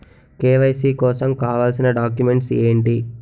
KYC కోసం కావాల్సిన documents ఎంటి?